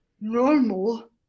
normal